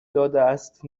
دادهاست